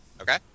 Okay